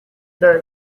know